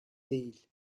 değil